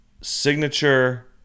signature